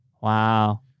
Wow